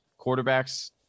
quarterbacks